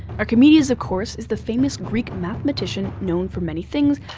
archimedes, of course, is the famous greek mathematician known for many things,